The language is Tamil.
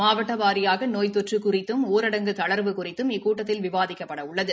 மாவட்ட வாரியாக நோய் தொற்று குறித்தும் ஊரடங்கு தளா்வு குறித்தும் இக்கூட்டத்தில் விவாதிக்கப்பட உள்ளது